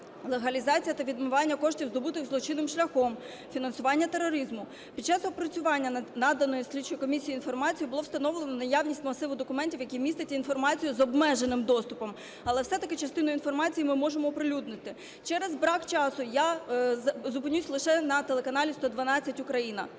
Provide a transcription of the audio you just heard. легалізація та відмивання коштів, здобутих злочинним шляхом, фінансування тероризму. Під час опрацювання наданої слідчій комісії інформації було встановлено наявність масиву документів, які містять інформацію з обмеженим доступом, але все-таки частину інформації ми можемо оприлюднити. Через брак часу я зупинюсь лише на телеканалі "112 Україна".